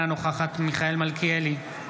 אינה נוכחת מיכאל מלכיאלי,